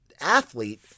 athlete